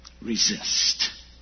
Resist